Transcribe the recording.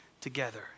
together